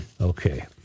Okay